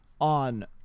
on